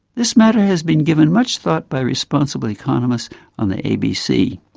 this matter has been given much thought by responsible economists on the abc,